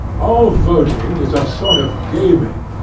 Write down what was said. all voting is a sort of gaming,